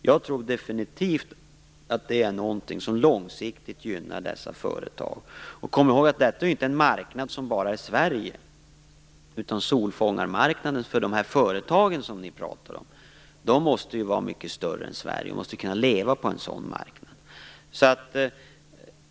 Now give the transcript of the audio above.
Jag tror definitivt att det är någonting som långsiktigt gynnar dessa företag. Kom ihåg att detta inte är en marknad som bara är Sverige. Solfångarmarknaden för de företag som vi pratar om måste ju vara mycket större än Sverige. Företagen måste ju kunna leva på en sådan marknad.